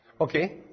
Okay